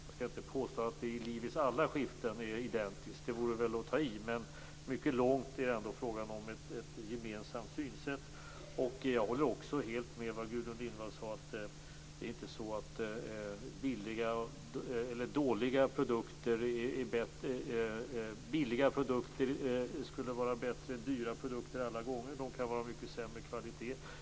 Jag skall inte påstå att de i livets alla skiften är identiska. Det vore väl att ta i. Men mycket långt är det ändå fråga om ett gemensamt synsätt. Jag håller också helt med om det Gudrun Lindvall sade, att det inte är billigt att köpa dåliga produkter. Det skulle kunna bli dyrare. De kan vara av mycket sämre kvalitet.